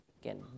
Again